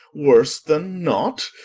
worse then naught?